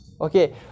okay